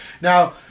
Now